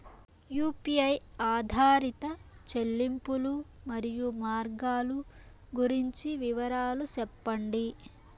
UPI ఆధారిత చెల్లింపులు, మరియు మార్గాలు గురించి వివరాలు సెప్పండి?